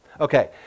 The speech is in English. Okay